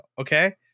okay